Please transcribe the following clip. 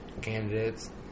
candidates